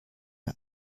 der